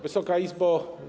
Wysoka Izbo!